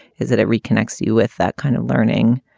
is that it reconnects you with that kind of learning